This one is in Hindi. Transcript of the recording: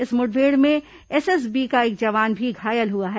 इस मुठभेड़ में एसएसबी का एक जवान भी घायल हुआ है